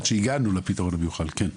כן.